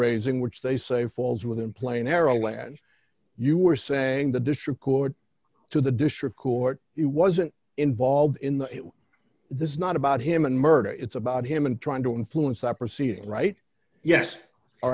raising which they say falls within plain era land you were saying the district court to the district court he wasn't involved in this is not about him and murder it's about him and trying to influence that proceeding right yes all